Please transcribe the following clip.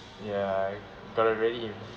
ya got to really